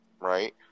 right